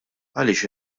għaliex